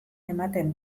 ematen